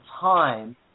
time